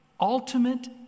ultimate